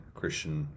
christian